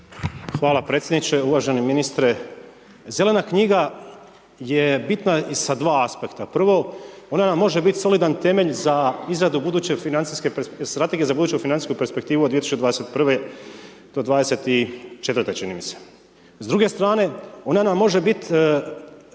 Hvala predsjedniče, uvaženi ministre. Zelena knjiga je bitna i sa dva aspekta. Prvo, ona vam može biti solidan temelj za izradu buduće financijske strategije za buduću financijsku perspektivu od 2021. do 2024., čini mi se. S druge strane, ona nam može biti